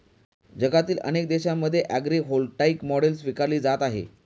जगातील अनेक देशांमध्ये ॲग्रीव्होल्टाईक मॉडेल स्वीकारली जात आहे